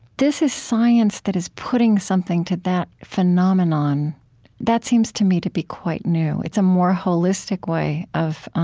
this is science that is putting something to that phenomenon that seems to me to be quite new. it's a more holistic holistic way of